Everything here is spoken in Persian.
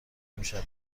امشب